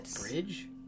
bridge